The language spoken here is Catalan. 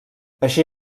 així